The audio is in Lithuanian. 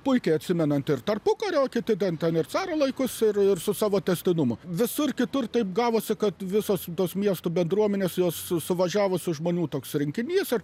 puikiai atsimenanti ir tarpukario kiti ten ten ir caro laikus ir ir su savo tęstinumu visur kitur taip gavosi kad visos tos miestų bendruomenės jos su suvažiavusių žmonių toks rinkinys ir